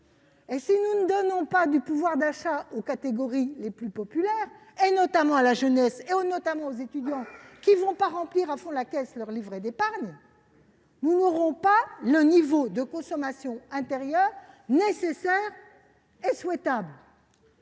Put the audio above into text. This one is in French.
Si nous ne donnons pas du pouvoir d'achat aux catégories les plus populaires, notamment à la jeunesse et aux étudiants- qui ne vont pas s'empresser d'aller remplir leur livret d'épargne -, nous n'aurons pas le niveau de consommation intérieure nécessaire et souhaitable.